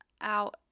out